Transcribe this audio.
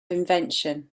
invention